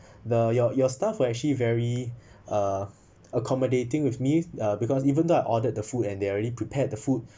the your your staff were actually very uh accommodating with me uh because even though I ordered the food and they are already prepared the food